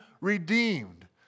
redeemed